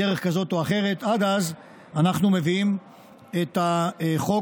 בדרך כזאת או אחרת עד אז אנחנו מביאים את החוק,